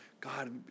God